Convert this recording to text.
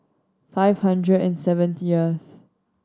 five hundred and seventieth